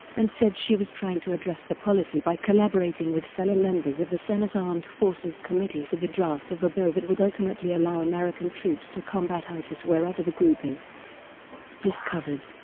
and said she was trying to address the policy by collaborating with fellow members of the senate armed forces committee for the draft of a bill that would ultimately allow american troops to combat isis wherever the group is discovered.